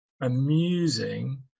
amusing